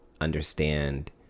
understand